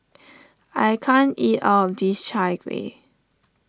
I can't eat all of this Chai Kueh